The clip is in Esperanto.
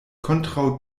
kontraŭ